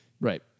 Right